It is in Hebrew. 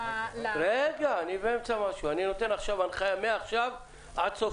אני נותן עכשיו הנחיה מעכשיו עד סוף